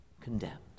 condemned